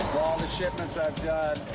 the shipments i've,